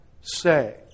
say